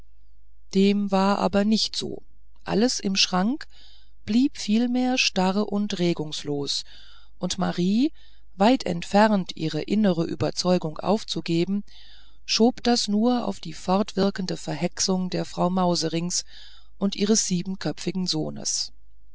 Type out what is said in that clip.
dem war aber nicht so alles im schranke blieb vielmehr starr und regungslos und marie weit entfernt ihre innere überzeugung aufzugeben schob das nur auf die fortwirkende verhexung der frau mauserinks und ihres siebenköpfigen sohnes